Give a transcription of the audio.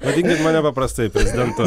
vadinkit mane paprastai prezidentu